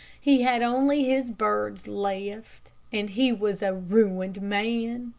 he had only his birds left, and he was a ruined man.